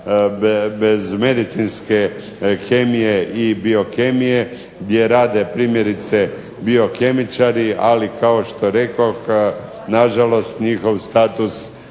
bez medicinske kemije i biokemije gdje rade primjerice biokemičari, ali kao što rekoh nažalost njihov status